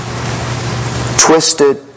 Twisted